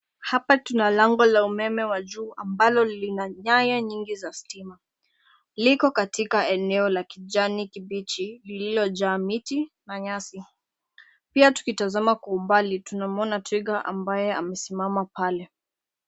Hapa tuna lango la umeme wa juu ambalo lina nyaya nyingi za stima. Liko katika eneo la kijani kibichi lililojaa miti na nyasi. Pia tukitazama kwa umbali tunamuona twiga ambaye amesimama pale.